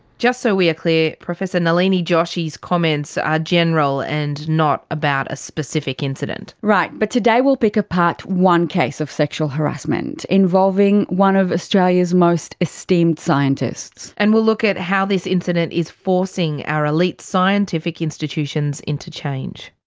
just so we are clear, professor nalini joshi's comments are general and not about a specific incident. right. but today we'll pick apart one case of sexual harassment, involving one of australia's most esteemed scientists. and we will look at how this incident is forcing our elite scientific institutions into change.